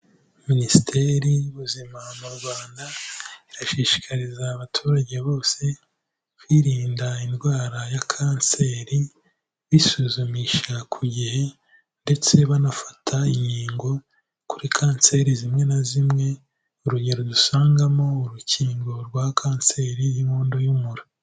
Minisiteri y'ubuzima mu Rwanda irashishikariza abaturage bose kwirinda indwara ya kanseri bisuzumisha ku gihe ndetse banafata inkingo kuri kanseri zimwe na zimwe, urugero dusangamo urukingo rwa kanseri y'inkondo y'umura.